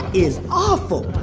is awful.